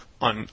on